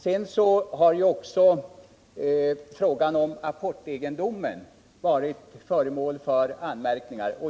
Sedan har också frågan om apportegendom varit föremål för anmärkningar.